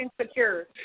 insecure